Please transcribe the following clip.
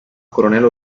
coronel